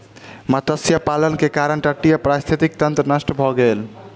मत्स्य पालन के कारण तटीय पारिस्थितिकी तंत्र नष्ट भ गेल